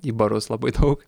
į barus labai daug